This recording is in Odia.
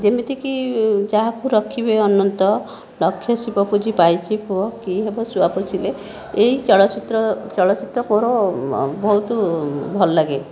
ଯେମିତି କି ଯାହାକୁ ରଖିବେ ଅନନ୍ତ ଲକ୍ଷେ ଶିବ ପୂଜି ପାଇଛି ପୁଅ କି ହେବ ଶୁଆ ପୋଷିଲେ ଏହି ଚଳଚ୍ଚିତ୍ର ଚଳଚ୍ଚିତ୍ର ମୋର ବହୁତ ଭଲ ଲାଗେ